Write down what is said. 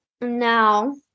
Now